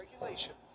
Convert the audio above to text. regulations